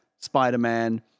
Spider-Man